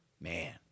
man